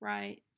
Right